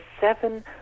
seven